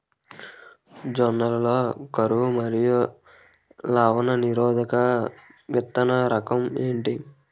జొన్న లలో కరువు మరియు లవణ నిరోధక విత్తన రకం ఏంటి?